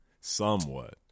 Somewhat